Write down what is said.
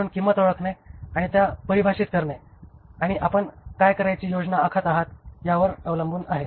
म्हणून किंमत ओळखणे आणि परिभाषित करणे आणि आपण काय करण्याची योजना आखत आहात यावर अवलंबून आहे